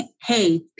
hey